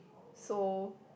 so